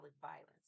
violence